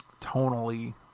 tonally